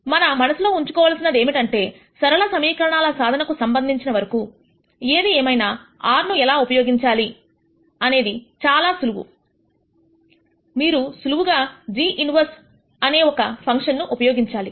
మన మనసులో ఉంచుకోవాల్సినది ఏమిటంటే సరళ సమీకరణాల సాధన కు సంబంధించిన వరకు ఏది ఏమైనా R ను ఎలా ఉపయోగించాలి అనేది చాలా సులువు మీరు సులువుగా g ఇన్వెర్స్ అనే ఒక ఫంక్షన్ను ఉపయోగించాలి